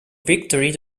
victory